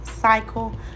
cycle